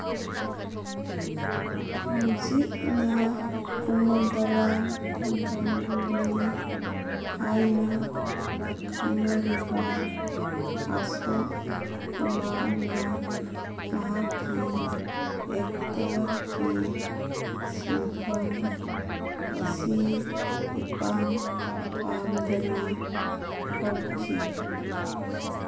ꯍꯧꯖꯤꯛꯅ ꯀꯨꯃꯨꯗꯂꯥꯟ ꯒꯪꯒꯨꯂꯤ ꯍꯥꯏꯅ ꯈꯪꯅꯔꯤꯕ ꯑꯁꯣꯛ ꯀꯨꯃꯥꯔꯅ ꯃꯍꯥꯛꯀꯤ ꯑꯦꯛꯇꯔꯒꯤ ꯁꯤꯟꯐꯝ ꯑꯁꯤ ꯏꯄꯥꯝ ꯄꯥꯝꯗ ꯍꯧꯈꯤ